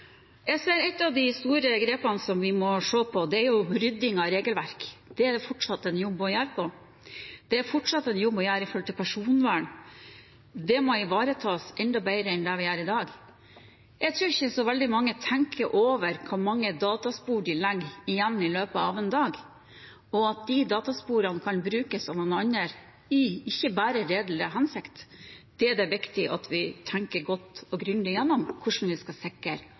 Jeg tror ikke så mange tenker over hvor mange dataspor de legger igjen i løpet av en dag, og at disse datasporene kan brukes av andre i ikke bare redelig hensikt. Det er viktig at vi tenker godt og grundig igjennom hvordan vi skal sikre